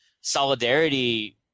solidarity